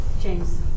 James